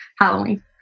Halloween